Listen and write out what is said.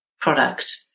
product